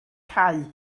cau